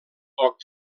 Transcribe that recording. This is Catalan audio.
poc